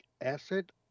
asset